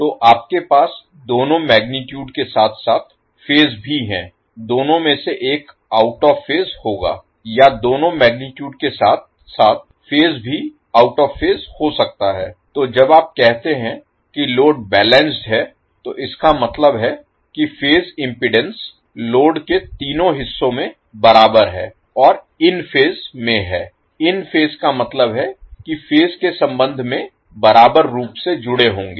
तो आपके पास दोनों मैगनीटुड के साथ साथ फेज भी हैं दोनों में से एक आउट ऑफ़ फेज होगा या दोनों मैगनीटुड के साथ साथ फेज भी ऑफ़ फेज हो सकता है तो जब आप कहते हैं कि लोड बैलेंस्ड है तो इसका मतलब है कि फेज इम्पीडेन्स लोड के तीनों हिस्से में बराबर है और इन फेज में हैं इन फेज का मतलब है कि फेज के संबंध में बराबर रूप से जुड़े होंगे